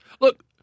Look